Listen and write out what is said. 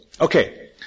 Okay